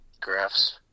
Graphs